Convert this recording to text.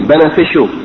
beneficial